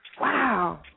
Wow